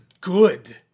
good